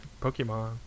Pokemon